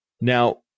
Now